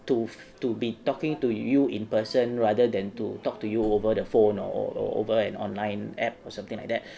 to to be talking to you in person rather than to talk to you over the phone or or over an online app or something like that